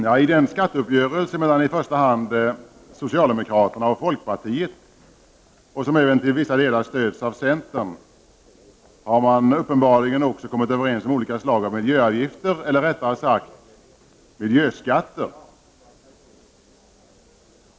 Fru talman! I skatteuppgörelsen mellan i första hand socialdemokraterna och folkpartiet, vilken till vissa delar även stöds av centern, har man uppenbarligen kommit överens om olika slag av miljöavgifter, eller rättare sagt: miljöskatter.